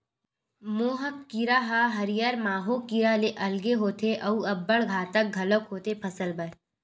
मोहा कीरा ह हरियर माहो कीरा ले अलगे होथे अउ अब्बड़ घातक घलोक होथे फसल बर